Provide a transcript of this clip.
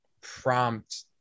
prompt